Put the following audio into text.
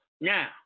Now